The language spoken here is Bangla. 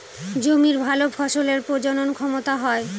জমির ভালো ফসলের প্রজনন ক্ষমতা হয়